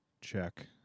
check